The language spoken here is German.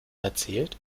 erzählt